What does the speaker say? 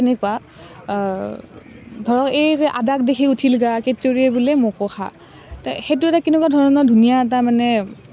তেনেকুৱা ধৰক এই যে আদাক দেখি উঠিল গা কেতুৰিয়ে বোলে মোকো খা সেইটো এটা কেনেকুৱা ধৰণৰ ধুনীয়া এটা মানে